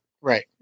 Right